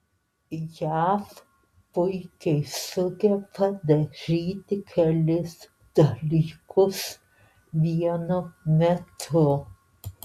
jav puikiai sugeba daryti kelis dalykus vienu metu